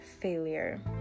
failure